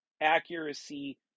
accuracy